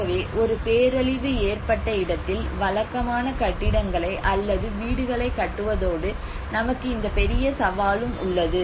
ஆகவே ஒரு பேரழிவு ஏற்பட்ட இடத்தில் வழக்கமான கட்டிடங்களை அல்லது வீடுகளை கட்டுவதோடு நமக்கு இந்த பெரிய சவாலும் உள்ளது